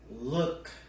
look